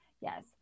Yes